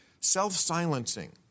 self-silencing